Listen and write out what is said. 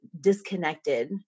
disconnected